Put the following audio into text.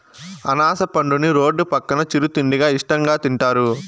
అనాస పండుని రోడ్డు పక్కన చిరు తిండిగా ఇష్టంగా తింటారు